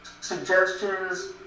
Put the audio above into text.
suggestions